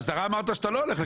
אמרת שאתה לא הולך לגייס.